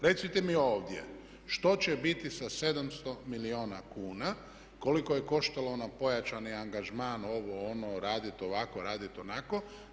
Recite mi ovdje što će biti sa 700 milijuna kuna koliko je koštalo pojačani angažman, ovo, ono, radit ovako, radit onako.